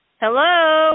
Hello